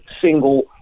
single